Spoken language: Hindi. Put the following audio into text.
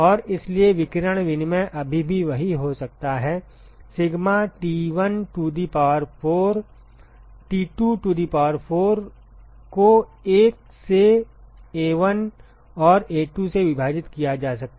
और इसलिए विकिरण विनिमय अभी भी वही हो सकता है sigma T1 to the power of 4 T2 to the power of 4 को 1 से A1 और A2 से विभाजित किया जा सकता है